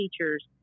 teachers